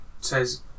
says